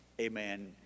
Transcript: amen